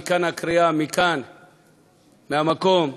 מכאן הקריאה, מהמקום הזה,